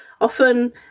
Often